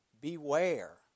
beware